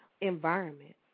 environment